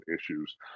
issues